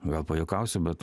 gal pajuokausiu bet